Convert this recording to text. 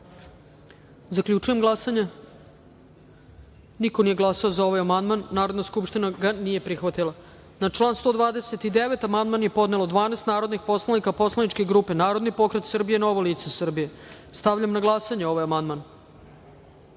glasanje. Zaključujem glasanje: niko nije glasao za ovaj amandman. Narodna skupština ga nije prihvatila. Na član 112. amandman je podnelo 12 narodnih poslanika poslaničke grupe Narodni pokret Srbije-Novo lice Srbije. Stavljam na glasanje. Zaključujem